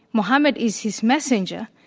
mohammad is his messenger,